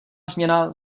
změna